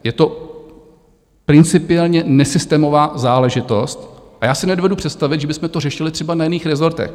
Je to principiálně nesystémová záležitost a já si nedovedu představit, že bychom to řešili třeba na jiných rezortech.